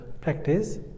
practice